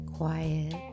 Quiet